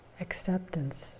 acceptance